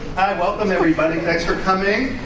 hi, welcome everybody, thanks for coming.